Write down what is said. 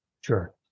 Sure